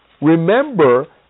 remember